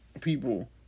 people